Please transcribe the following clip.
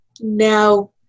now